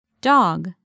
Dog